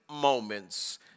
moments